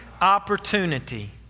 opportunity